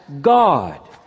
God